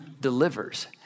delivers